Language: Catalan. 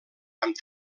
amb